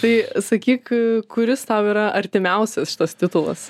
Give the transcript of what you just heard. tai sakyk kuris tau yra artimiausias šitas titulas